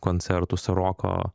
koncertus roko